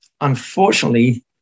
unfortunately